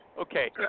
Okay